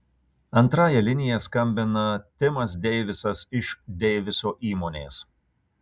antrąja linija skambina timas deivisas iš deiviso įmonės